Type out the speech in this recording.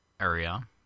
area